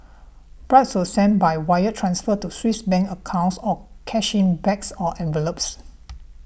bribes were sent by wire transfer to Swiss Bank accounts or cash in bags or envelopes